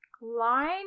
line